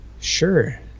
sure